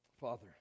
Father